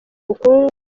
ubukungu